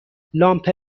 لامپ